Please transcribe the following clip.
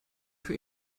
für